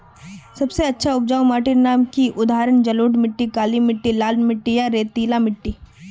सबसे अच्छा उपजाऊ माटिर नाम की उदाहरण जलोढ़ मिट्टी, काली मिटटी, लाल मिटटी या रेतीला मिट्टी?